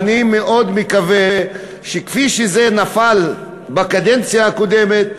אני מאוד מקווה שכפי שזה נפל בקדנציה הקודמת,